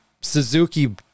Suzuki